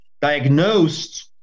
diagnosed